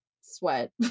sweat